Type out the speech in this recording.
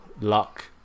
luck